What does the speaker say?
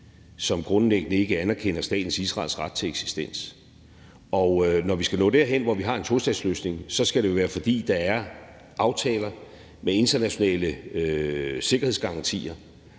som grundlæggende ikke anerkender staten Israels ret til eksistens, og når vi skal nå derhen, hvor vi har en tostatsløsning, skal det jo være, fordi der er aftaler med internationale sikkerhedsgarantier,